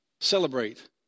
Celebrate